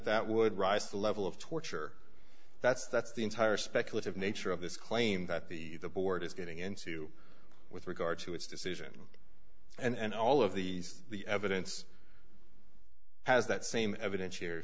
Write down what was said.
that would rise to the level of torture that's that's the entire speculative nature of this claim that the board is getting into with regard to its decision and all of these the evidence has that same evidence here